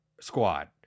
squad